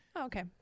okay